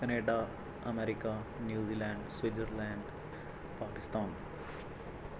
Canada America New Zealand Switzerland Pakistan